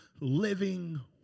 living